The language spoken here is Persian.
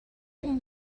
این